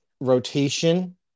rotation